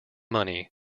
money